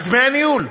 על דמי הניהול.